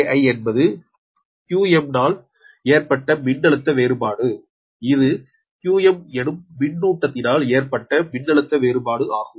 Vki என்பது qm னால் ஏற்பட்ட மின்னழுத்த வேறுபாடு இது qm எனும் மின்னூட்டத்தினால் ஏற்பட்ட மின்னழுத்த வேறுபாடு ஆகும்